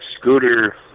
Scooter